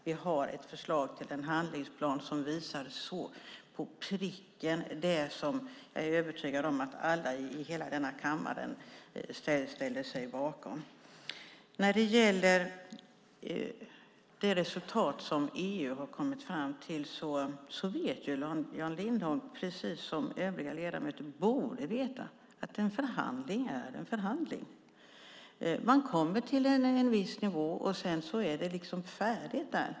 Vi har ett förslag till en handlingsplan som visar på pricken det som jag är övertygad om att alla i hela denna kammare ställer sig bakom. När det gäller det resultat som EU har kommit fram till vet ju Jan Lindholm, precis som övriga ledamöter borde veta, att en förhandling är en förhandling. Man kommer till en viss nivå och sedan är det liksom färdigt där.